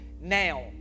now